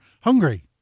hungry